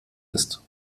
ist